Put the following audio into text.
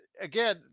again